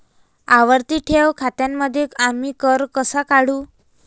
आवर्ती ठेव खात्यांमध्ये आम्ही कर कसा काढू?